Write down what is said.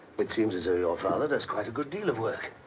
but seems as though your father does quite a good deal of work.